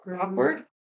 awkward